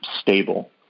stable